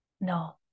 No